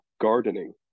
gardening